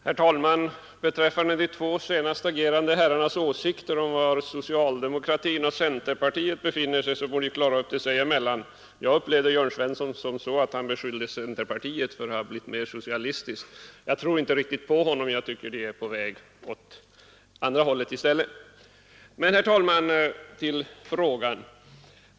Herr talman! De två senast agerande herrarnas åsikter om var socialdemokratin och centerpartiet befinner sig får de klara upp sins emellan. Jag upplever Jörn Svensson som så, att han beskyllde centerpartiet för att ha blivit mer socialistiskt, men jag tror inte riktigt på honom. Jag tycker att det är på väg åt det andra hållet.